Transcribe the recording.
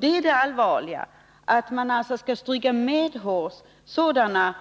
Det allvarliga är alltså att man skall stryka sådana